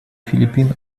филиппин